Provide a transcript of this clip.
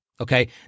Okay